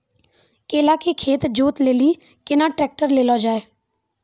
केला के खेत जोत लिली केना ट्रैक्टर ले लो जा?